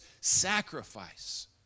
sacrifice